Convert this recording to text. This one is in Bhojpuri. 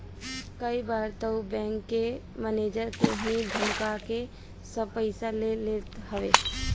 कई बार तअ बैंक के मनेजर के ही धमका के सब पईसा ले लेत हवे सन